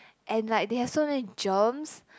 and like they have so many germs